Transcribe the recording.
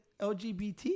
LGBT